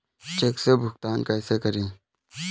Check से भुगतान कैसे करें?